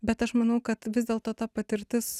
bet aš manau kad vis dėlto ta patirtis